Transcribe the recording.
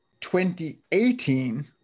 2018